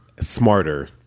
smarter